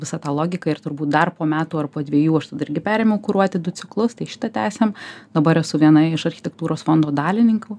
visą tą logiką ir turbūt dar po metų ar po dvejų aš tada irgi perėmiau kuruoti du ciklus tai šitą tęsiam dabar esu viena iš architektūros fondo dalininkų